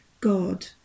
God